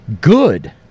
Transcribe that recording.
Good